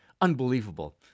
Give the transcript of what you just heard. unbelievable